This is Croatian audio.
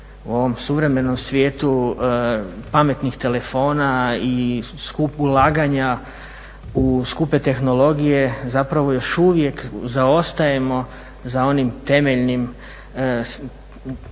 u ovom suvremenom svijetu pametnih telefona i ulaganja u skupe tehnologije još uvijek zaostajemo za onim temeljnim